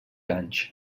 anys